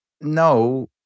no